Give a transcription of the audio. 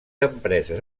empreses